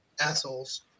assholes